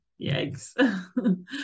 Yikes